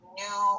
new